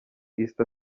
easter